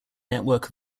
network